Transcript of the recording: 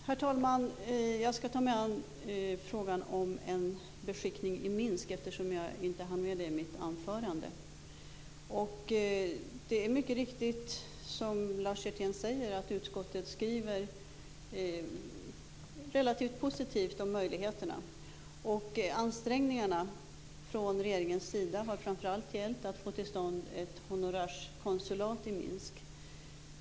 Herr talman! Jag skall ta mig an frågan om en beskickning i Minsk, eftersom jag inte hann med den i mitt anförande. Det är mycket riktigt som Lars Hjertén säger, att utskottet skriver relativt positivt om möjligheterna. Regeringens ansträngningar har framför allt gällt att försöka att få till stånd ett honorärkonsulat i Minsk.